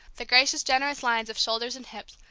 the gracious generous lines of shoulders and hips,